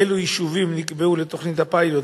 אילו יישובים נקבעו לתוכנית הפיילוט